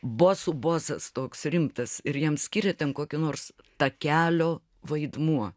bosų bosas toks rimtas ir jam skiria ten kokį nors takelio vaidmuo